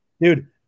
dude